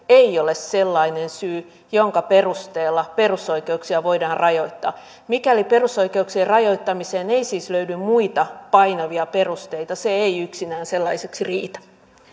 ei ole sellainen syy jonka perusteella perusoikeuksia voidaan rajoittaa mikäli perusoikeuksien rajoittamiseen ei siis löydy muita painavia perusteita se ei yksinään sellaiseksi riitä